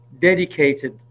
dedicated